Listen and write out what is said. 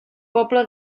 poble